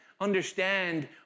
understand